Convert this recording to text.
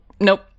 Nope